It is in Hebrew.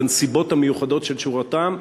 לנסיבות המיוחדות של שירותם,